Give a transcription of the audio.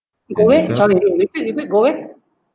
go where sorry repeat repeat go where